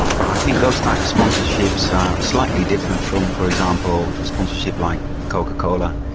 i think those types of sponsorships are slightly different from, for example, a sponsorship like coca cola,